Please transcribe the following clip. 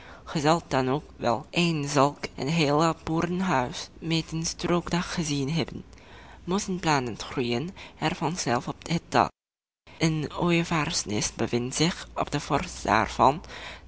dan ook wel eens zulk een heel oud boerenhuis met een stroodak gezien hebben mos en planten groeien er van zelf op het dak een ooievaarsnest bevindt zich op de